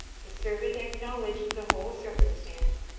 the servant acknowledged the whole circumstance,